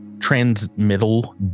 transmittal